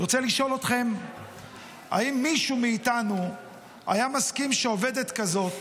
אני רוצה לשאול אתכם אם מישהו מאיתנו היה מסכים שעובדת כזאת